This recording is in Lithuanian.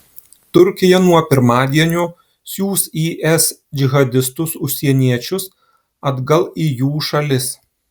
turkija nuo pirmadienio siųs is džihadistus užsieniečius atgal į jų šalis